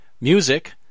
Music